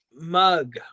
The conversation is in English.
Mug